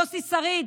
יוסי שריד,